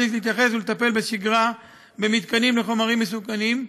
להתייחס ולטפל בשגרה במתקנים לחומרים מסוכנים,